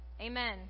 Amen